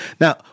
Now